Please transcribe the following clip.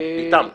איתם כאילו.